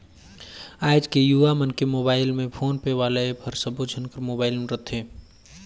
आएज के युवा मन के मुबाइल में फोन पे वाला ऐप हर सबो झन कर मुबाइल में रथे